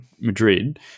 Madrid